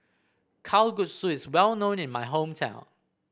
kalguksu is well known in my hometown